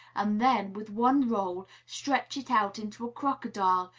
and then, with one roll, stretch it out into a crocodile,